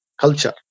culture